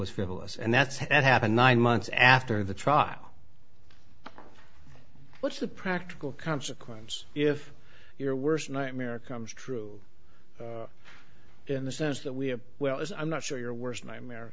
was frivolous and that's what happened nine months after the trial what's the practical consequence if your worst nightmare comes true in the sense that we have well is i'm not sure your worst nightmare